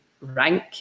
rank